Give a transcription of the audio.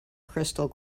crystal